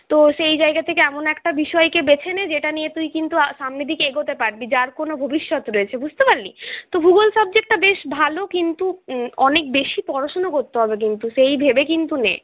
তো সেই জায়গা থেকে এমন একটা বিষয়কে বেছে নে যেটা নিয়ে তুই কিন্তু সামনের দিকে এগোতে পারবি যার কোন ভবিষ্যত রয়েছে বুঝতে পারলি ভূগোল সাবজেক্টটা বেশ ভালো কিন্তু অনেক বেশি পড়াশুনো করতে হবে কিন্তু সেই ভেবে কিন্তু নে